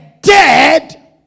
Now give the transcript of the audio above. dead